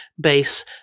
base